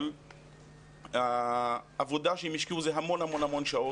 אבל העבודה שהן השקיעו זה המון המון שעות,